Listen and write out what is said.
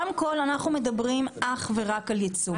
קודם כל, אנחנו מדברים אך ורק על יצוא.